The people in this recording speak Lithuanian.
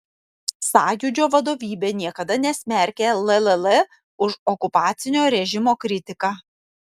sąjūdžio vadovybė niekada nesmerkė lll už okupacinio režimo kritiką